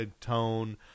tone